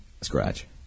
Scratch